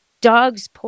dogs